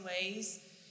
ways